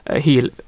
heal